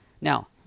Now